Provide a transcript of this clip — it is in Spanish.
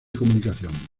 comunicación